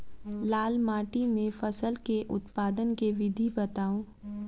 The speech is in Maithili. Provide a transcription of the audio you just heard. लाल माटि मे फसल केँ उत्पादन केँ विधि बताऊ?